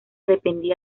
dependía